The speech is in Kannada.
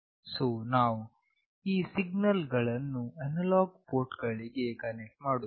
ಸೋ ನಾವು ಈ ಸಿಗ್ನಲ್ ಗಳನ್ನು ಅನಲಾಗ್ ಪೋರ್ಟ್ ಗಳಿಗೆ ಕನೆಕ್ಟ್ ಮಾಡುತ್ತೇವೆ